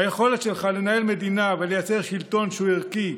היכולת שלך לנהל מדינה ולייצר שלטון שהוא ערכי,